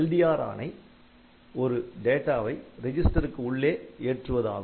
LDR ஆணை ஒரு டேட்டாவை ரெஜிஸ்டருக்கு உள்ளே ஏற்றுவது ஆகும்